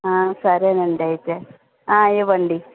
సరే అండి అయితే ఇవ్వండి